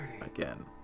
again